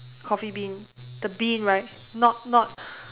coffee bean the bean right not not